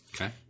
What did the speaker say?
Okay